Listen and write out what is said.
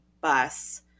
bus